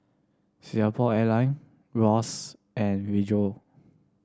Singapore Airline Wall's and Rejoice